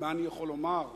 מה אני יכול לומר,